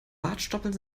bartstoppeln